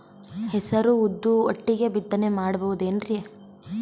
ಹೆಸರು ಉದ್ದು ಒಟ್ಟಿಗೆ ಬಿತ್ತನೆ ಮಾಡಬೋದೇನ್ರಿ?